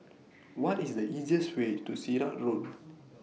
What IS The easiest Way to Sirat Road